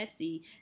Etsy